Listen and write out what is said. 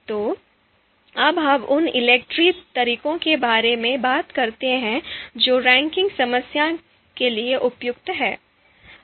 तो अब हम उन ELECTRE तरीकों के बारे में बात करते हैं जो रैंकिंग समस्याओं के लिए उपयुक्त हैं